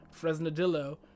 Fresnadillo